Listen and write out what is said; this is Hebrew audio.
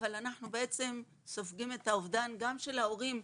אבל אנחנו בעצם סופגים גם את האובדן של ההורים,